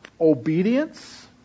obedience